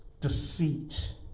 deceit